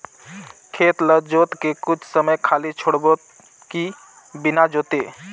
खेत ल जोत के कुछ समय खाली छोड़बो कि बिना जोते?